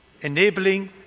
enabling